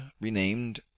renamed